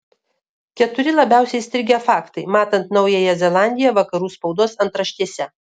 keturi labiausiai įstrigę faktai matant naująją zelandiją vakarų spaudos antraštėse